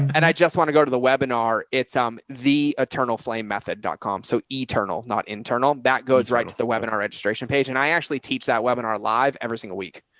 and i just want to go to the webinar it's um, the eternal flame method com. so eternal, not internal, that goes right to the webinar registration page. and i actually teach that webinar live every single week.